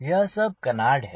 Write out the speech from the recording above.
यह सब कनार्ड है